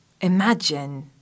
Imagine